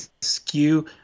skew